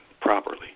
properly